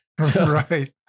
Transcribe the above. Right